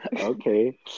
Okay